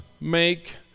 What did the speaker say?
make